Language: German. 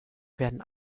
werden